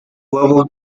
level